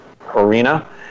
arena